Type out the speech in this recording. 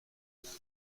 las